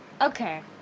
Okay